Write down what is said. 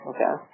Okay